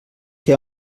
que